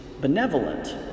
benevolent